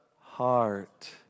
heart